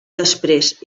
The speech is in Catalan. després